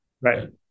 Right